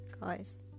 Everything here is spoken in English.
guys